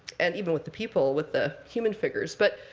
and even with the people, with the human figures. but